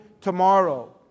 tomorrow